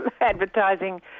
advertising